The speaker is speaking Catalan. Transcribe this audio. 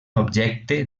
objecte